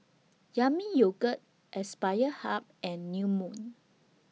Yami Yogurt Aspire Hub and New Moon